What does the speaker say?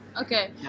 okay